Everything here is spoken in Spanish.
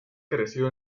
creció